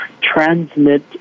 transmit